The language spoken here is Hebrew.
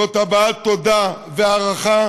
זאת הבעת תודה והערכה.